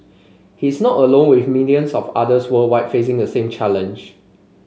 he's not alone with millions of others worldwide facing a same challenge